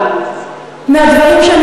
חברים,